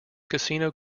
casino